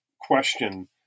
question